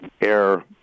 air